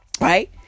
Right